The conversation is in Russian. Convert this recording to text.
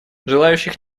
желающих